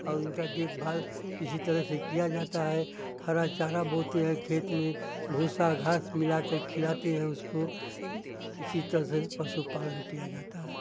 और उनका देखभाल इसी तरह से किया जाता है हरा चारा बोते हैं खेत में भूसा घास मिला कर खिलाते हैं उसको इसी तह से पशुपालन किया जाता है